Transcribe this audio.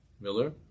Miller